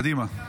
קדימה.